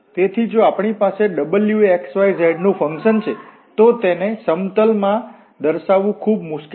તેથી જો આપણી પાસે W એ xyz નુ ફંકશન છે તો તેને સમતલ માં દર્શાવું ખૂબ મુશ્કેલ હશે